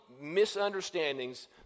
misunderstandings